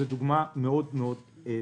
זאת דוגמה מאוד ספציפית.